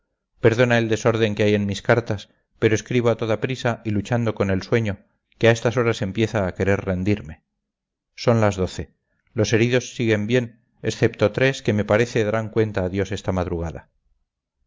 perdona el desorden que hay en mis cartas pero escribo a toda prisa y luchando con el sueño que a estas horas empieza a querer rendirme son las doce los heridos siguen bien excepto tres que me parece darán cuenta a dios esta madrugada